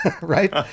right